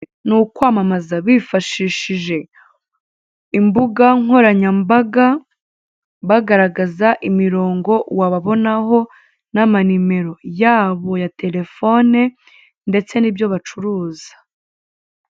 Ni ukwamamaza bifashishije imbuga nkoranyambaga, bagaragaza imirongo wababonaho, n'amanimero yabo ya telefone ndetse n'ibyo bacuruza.